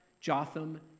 Jotham